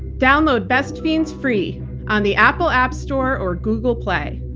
download best fiends free on the apple app store or google play.